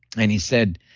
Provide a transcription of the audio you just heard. and he said,